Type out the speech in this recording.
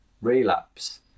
relapse